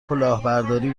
کلاهبرداری